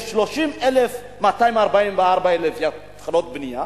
יש 30,244 התחלות בנייה,